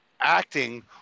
acting